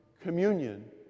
communion